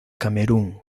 camerún